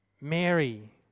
Mary